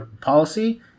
policy